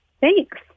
Thanks